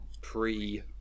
pre